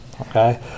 okay